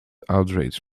outrage